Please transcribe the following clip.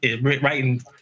writing